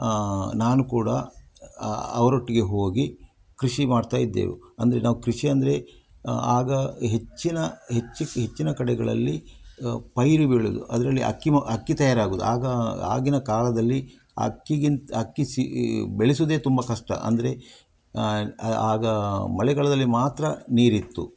ನಾನು ಕೂಡ ಅವರೊಟ್ಟಿಗೆ ಹೋಗಿ ಕೃಷಿ ಮಾಡ್ತಾಯಿದ್ದೆವು ಅಂದರೆ ನಾವು ಕೃಷಿ ಅಂದರೆ ಆಗ ಹೆಚ್ಚಿನ ಹೆಚ್ಚು ಹೆಚ್ಚಿನ ಕಡೆಗಳಲ್ಲಿ ಪೈರು ಬೆಳೆದು ಅದರಲ್ಲಿ ಅಕ್ಕಿ ಮ ಅಕ್ಕಿ ತಯಾರಾಗುವುದು ಆಗ ಆಗಿನ ಕಾಲದಲ್ಲಿ ಅಕ್ಕಿಗಿಂತ ಅಕ್ಕಿ ಸಿ ಬೆಳೆಸುವುದೆ ತುಂಬ ಕಷ್ಟ ಅಂದರೆ ಆಗ ಮಳೆಗಾಳದಲ್ಲಿ ಮಾತ್ರ ನೀರಿತ್ತು